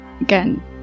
again